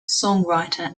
songwriter